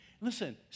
listen